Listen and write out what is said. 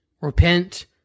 Repent